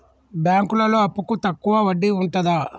బ్యాంకులలో అప్పుకు తక్కువ వడ్డీ ఉంటదా?